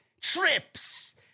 Trips